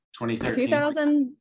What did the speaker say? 2013